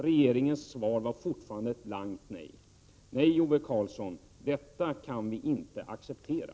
Regeringens svar är fortfarande ett blankt nej. Nej, Ove Karlsson, detta kan vi inte acceptera.